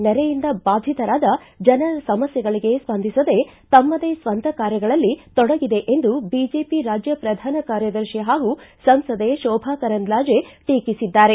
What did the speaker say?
ನೆರೆಯಿಂದ ಬಾಧಿತರಾದ ಜನರ ಸಮಸ್ಥೆಗಳಿಗೆ ಸ್ವಂದಿಸದೆ ತಮ್ಗದೇ ಸ್ವಂತ ಕಾರ್ಯಗಳಲ್ಲಿ ತೊಡಗಿದೆ ಎಂದು ಬಿಜೆಪಿ ರಾಜ್ಯ ಪ್ರಧಾನ ಕಾರ್ಯದರ್ಶಿ ಹಾಗೂ ಸಂಸದೆ ಶೋಭಾ ಕರಂದ್ಲಾಜೆ ಟೀಕಿಸಿದ್ದಾರೆ